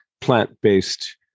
plant-based